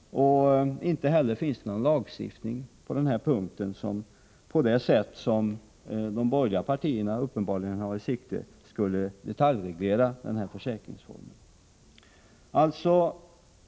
Det finns inte heller på denna punkt någon lagstiftning som, på det sätt de borgerliga partierna uppenbarligen har i sikte, skulle detaljreglera denna försäkringsform.